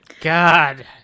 God